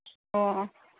ꯑꯣ ꯑꯣ